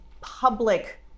public